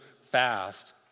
fast